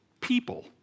people